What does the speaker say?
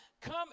Come